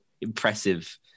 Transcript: impressive